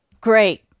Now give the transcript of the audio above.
Great